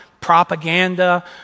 propaganda